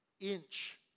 inch